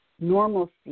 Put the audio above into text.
normalcy